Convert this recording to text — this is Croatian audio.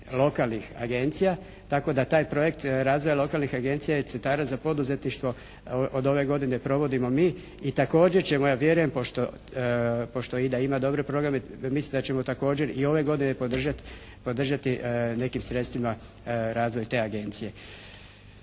lokalnih agencija. Tako da taj projekt razvoja lokalnih agencija i centara za poduzetništvo od ove godine provodimo mi i također ćemo ja vjerujem pošto "IDA" ima dobre programe, mislim da ćemo također i ove godine podržati, podržati nekim sredstvima razvoj te agencije.